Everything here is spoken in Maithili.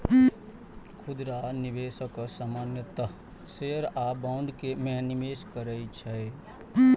खुदरा निवेशक सामान्यतः शेयर आ बॉन्ड मे निवेश करै छै